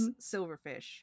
silverfish